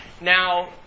now